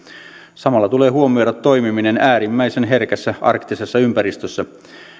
samalla tulee huomioida toimiminen äärimmäisen herkässä arktisessa ympäristössä